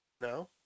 No